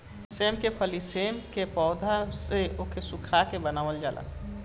सेम के फली सेम के पौध से ओके सुखा के बनावल जाला